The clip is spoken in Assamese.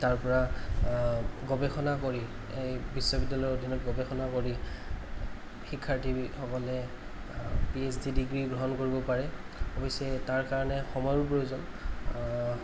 তাৰপৰা গৱেষণা কৰি এই বিশ্ববিদ্য়ালয়ৰ অধীনত গৱেষণা কৰি শিক্ষাৰ্থীসকলে পি এইচ ডি ডিগ্ৰী গ্ৰহণ কৰিব পাৰে অৱশ্যে তাৰ কাৰণে সময়ৰো প্ৰয়োজন